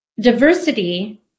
diversity